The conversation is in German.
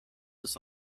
ist